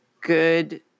good